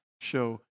show